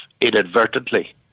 inadvertently